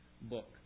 book